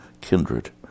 kindred